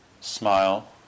smile